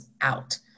out